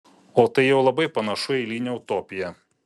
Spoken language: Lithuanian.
o tai jau labai panašu į eilinę utopiją